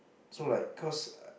so like cause err